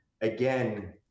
Again